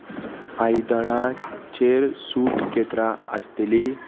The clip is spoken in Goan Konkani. आयदनाचेर सूट केन्ना आसतली